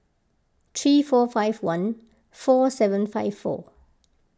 three four five one four seven five four